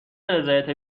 رضایت